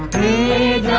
a